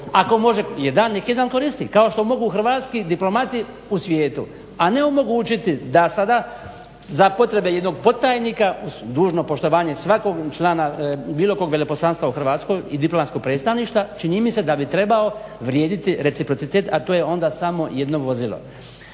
Ako može jedan, nek' jedan koristi. Kao što mogu hrvatski diplomati u svijetu, a ne omogućiti da sada za potrebe jednog podtajnika uz dužno poštovanje svakog člana bilo kog veleposlanstva u Hrvatskoj i diplomatskog predstavništva čini mi se da bi trebao vrijediti reciprocitet, a to je onda samo jedno vozilo.